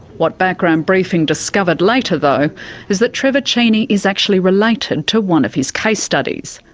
what background briefing discovered later though is that trevor cheney is actually related to one of his case studies,